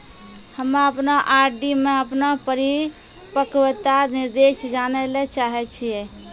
हम्मे अपनो आर.डी मे अपनो परिपक्वता निर्देश जानै ले चाहै छियै